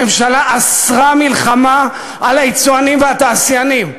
הממשלה אסרה מלחמה על היצואנים והתעשיינים.